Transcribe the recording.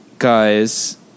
guys